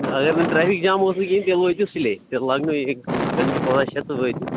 اگر نہٕ traffic jam اوس نہٕ کِہیٖنۍ تیٚلہِ وٲتِو سُلے تیٚلہِ لگنو ییٚتی گنٛٹہٕ پانٛژھ شےٚ تہٕ وٲتوٕ